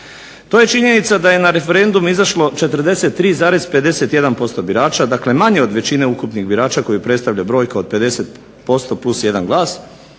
To je činjenica da je na referendum izašlo 43,51% birača dakle manje od većine ukupnih birača koji predstavlja brojka od 50% plus jedan